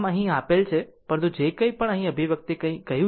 આમ અહીં આપેલ છે પરંતુ જે કંઇ પણ આ અભિવ્યક્તિ અહીં કહ્યું